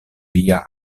via